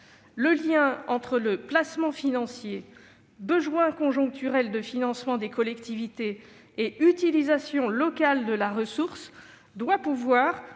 Le lien entre placement financier, besoin conjoncturel de financement des collectivités et utilisation locale de la ressource doit pouvoir,